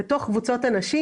בתוך קבוצות הנשים,